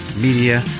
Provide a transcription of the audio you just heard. Media